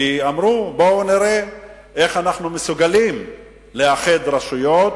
כי אמרו, בואו נראה איך אנחנו מסוגלים לאחד רשויות